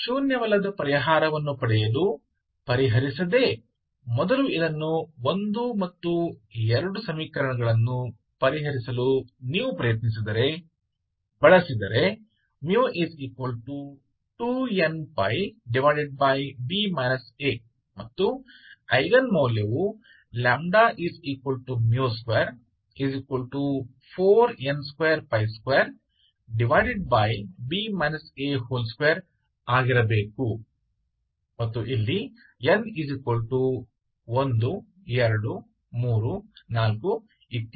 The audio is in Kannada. ಶೂನ್ಯವಲ್ಲದ ಪರಿಹಾರವನ್ನು ಪಡೆಯಲು ಪರಿಹರಿಸದೆ ಮೊದಲು ಇದನ್ನು 1 ಮತ್ತು 2 ಸಮೀಕರಣಗಳನ್ನು ಪರಿಹರಿಸಲು ನೀವು ಪ್ರಯತ್ನಿಸಿದರೆ ಬಳಸಿದರೆ μ2nπb a ಮತ್ತು ಐಗನ್ ಮೌಲ್ಯ λ24n222 ಆಗಿರಬೇಕು ಮತ್ತು n 1234